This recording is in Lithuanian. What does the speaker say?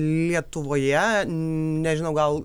lietuvoje nežinau gal